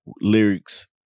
lyrics